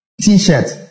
T-shirt